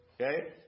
Okay